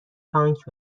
تانک